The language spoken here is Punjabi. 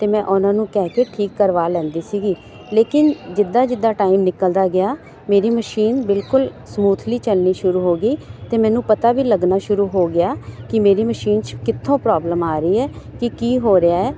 ਅਤੇ ਮੈਂ ਉਹਨਾਂ ਨੂੰ ਕਹਿ ਕੇ ਠੀਕ ਕਰਵਾ ਲੈਂਦੀ ਸੀਗੀ ਲੇਕਿਨ ਜਿੱਦਾਂ ਜਿੱਦਾਂ ਟਾਈਮ ਨਿਕਲਦਾ ਗਿਆ ਮੇਰੀ ਮਸ਼ੀਨ ਬਿਲਕੁਲ ਸਮੂਥਲੀ ਚੱਲਣੀ ਸ਼ੁਰੂ ਹੋ ਗਈ ਅਤੇ ਮੈਨੂੰ ਪਤਾ ਵੀ ਲੱਗਣਾ ਸ਼ੁਰੂ ਹੋ ਗਿਆ ਕਿ ਮੇਰੀ ਮਸ਼ੀਨ 'ਚ ਕਿੱਥੋਂ ਪ੍ਰੋਬਲਮ ਆ ਰਹੀ ਹੈ ਕਿ ਕੀ ਹੋ ਰਿਹਾ